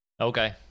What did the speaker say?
Okay